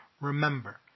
Remember